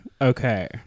okay